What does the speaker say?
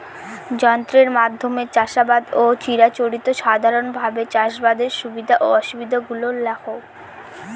যন্ত্রের মাধ্যমে চাষাবাদ ও চিরাচরিত সাধারণভাবে চাষাবাদের সুবিধা ও অসুবিধা গুলি লেখ?